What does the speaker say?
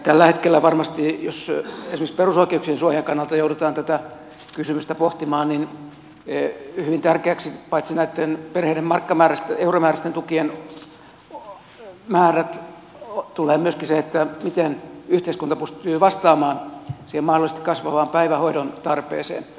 tällä hetkellä varmasti jos esimerkiksi perusoikeuksien suojan kannalta joudutaan tätä kysymystä pohtimaan hyvin tärkeäksi tulee paitsi näitten perheiden euromääräisten tukien määrät myöskin se miten yhteiskunta pystyy vastaamaan siihen mahdollisesti kasvavaan päivähoidon tarpeeseen